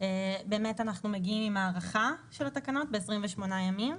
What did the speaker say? אנחנו מגיעים עם הארכה של התקנות ב-28 ימים.